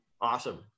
Awesome